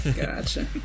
gotcha